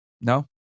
no